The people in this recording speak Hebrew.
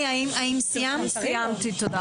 מנכ"ל אגודת הסטודנטים במכללת